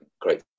great